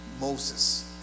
Moses